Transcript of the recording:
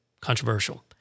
controversial